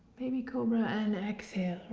baby cobra, and exhale,